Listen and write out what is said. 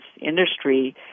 industry